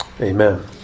Amen